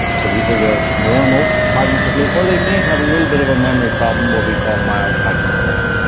so either they're normal cognitively, or they may have a little bit of a memory problem, what we call mild cognitive impairment.